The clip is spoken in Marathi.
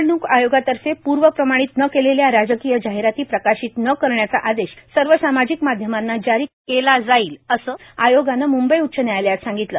निवडणूक आयोगातर्फे पूर्व प्रमाणीत न केलेल्या राजकीय जाहिराती प्रकाशित न करण्याचा आदेश सर्व सामाजिक माध्यमांना जारी करणार असल्याचं आयोगानं मुंबई उच्च न्यायालयात सांगितलं